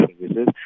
services